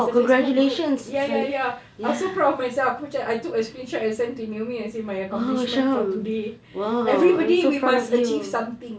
it's a facebook group ya ya ya I was so proud of myself aku macam I took a screenshot and send to naomi and say my accomplishment for today everybody we must achieve something